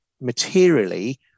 materially